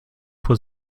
vor